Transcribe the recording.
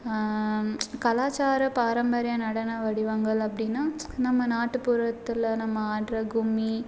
கலாச்சார பாரம்பரிய நடன வடிவங்கள் அப்படின்னா நம்ம நாட்டுப்புறத்தில் நம்ம ஆடுற கும்மி